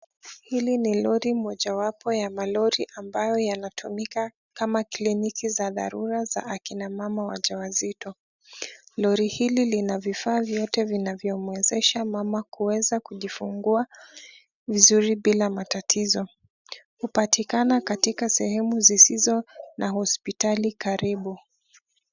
Hili ni lori mojawapo ya malori ambayo yanatumika kama kliniki za dharura za akina mama wajawazito. Lori hili lina vifaa vyote vinavyo mwezesha mama kuweza kujifungua vizuri bila matatizo. Upatikana katika sehemu zizo na hospitali karibu.